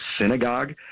synagogue